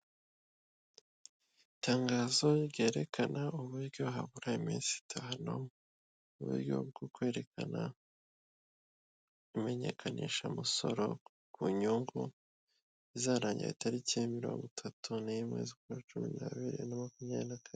Itangazo ryerekana uburyo habura iminsi itanu, uburyo bwo kwerekana, kumenyekanisha umusoro ku nyungu, izarangira ku itariki ya mirongo itatu n'imwe z'ukwa cumi n'abiri bibiri na makumyabiri na kane.